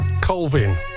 Colvin